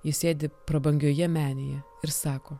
ji sėdi prabangioje menėje ir sako